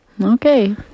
Okay